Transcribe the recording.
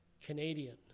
Canadian